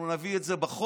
אנחנו נביא את זה בחוק,